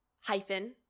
Hyphen